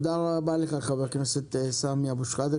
תודה רבה לך, חבר הכנסת סמי אבו שחאדה.